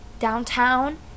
Downtown